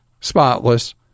spotless